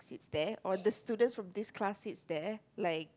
sits there all the students from this class sits there like